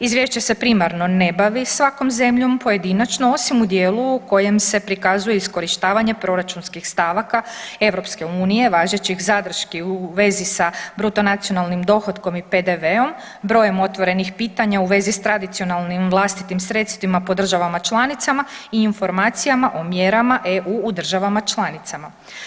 Izvješće se primarno ne bavi svakom zemljom pojedinačno osim u dijelu kojem se prikazuje iskorištavanje proračunskih stavaka EU važećih zadrški u vezi sa bruto nacionalnim dohotkom i PDV-om. brojem otvorenih pitanja u vezi s tradicionalnim vlastitim sredstvima po državama članicama i informacijama o mjerama EU u državama članicama.